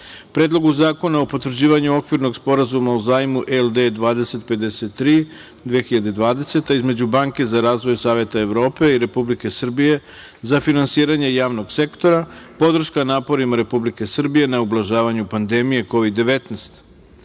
Predlogu zakona o potvrđivanju Okvirnog sporazuma o zajmu LD 2053 (2020) između Banke za razvoj Saveta Evrope i Republike Srbije za finansiranje javnog sektora - podrška naporima Republike Srbije na ublažavanju pandemije Kovid-19,-